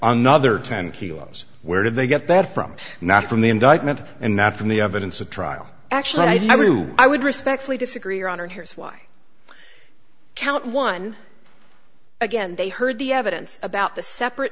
another ten kilos where did they get that from not from the indictment and not from the evidence the trial actually i mean i would respectfully disagree your honor here's why count one again they heard the evidence about the separate